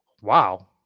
wow